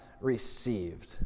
Received